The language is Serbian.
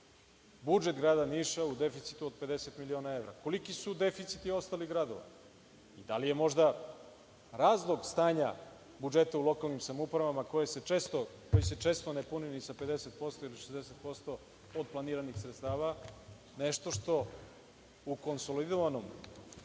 budžet grada Niša u deficitu od 50 miliona evra. Koliki su deficiti ostalih gradova? Da li je možda razlog stanja budžeta u lokalnim samoupravama koji se često ne puni ni sa 50% ili 60% od planiranih sredstava, nešto što u konsolidovanom